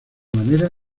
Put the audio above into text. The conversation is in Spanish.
manera